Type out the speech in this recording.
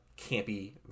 campy